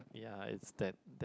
yeah it's that